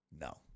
No